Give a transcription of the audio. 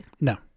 No